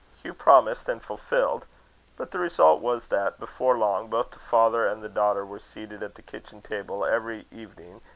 hugh promised and fulfilled but the result was, that, before long, both the father and the daughter were seated at the kitchen-table, every evening,